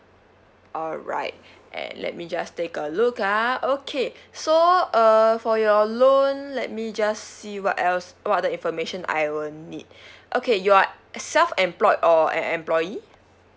alright and let me just take a look ah okay so uh for your loan let me just see what else what other information I will need okay you are self employed or an employee